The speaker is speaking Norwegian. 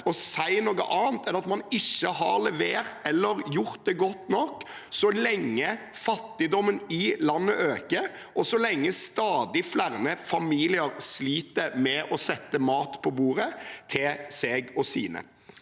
å si noe annet enn at man ikke har levert eller gjort det godt nok, så lenge fattigdommen i landet øker, og så lenge stadig flere familier sliter med å sette mat på bordet til seg og sine.